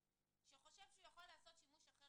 לכן, יכול להיות שבכלל